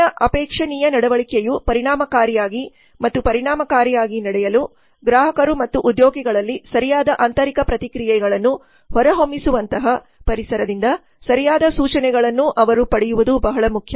ಮೇಲಿನ ಅಪೇಕ್ಷಣೀಯ ನಡವಳಿಕೆಯು ಪರಿಣಾಮಕಾರಿಯಾಗಿ ಮತ್ತು ಪರಿಣಾಮಕಾರಿಯಾಗಿ ನಡೆಯಲು ಗ್ರಾಹಕರು ಮತ್ತು ಉದ್ಯೋಗಿಗಳಲ್ಲಿ ಸರಿಯಾದ ಆಂತರಿಕ ಪ್ರತಿಕ್ರಿಯೆಗಳನ್ನು ಹೊರಹೊಮ್ಮಿಸುವಂತಹ ಪರಿಸರದಿಂದ ಸರಿಯಾದ ಸೂಚನೆಗಳನ್ನು ಅವರು ಪಡೆಯುವುದು ಬಹಳ ಮುಖ್ಯ